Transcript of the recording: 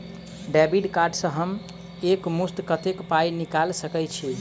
Debit card सँ हम एक मुस्त कत्तेक पाई निकाल सकय छी?